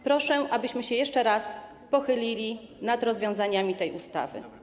Proszę, abyśmy jeszcze raz pochylili się nad rozwiązaniami z tej ustawy.